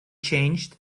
changed